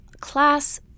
class